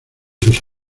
sus